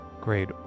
Great